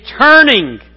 turning